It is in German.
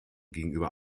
gegenüber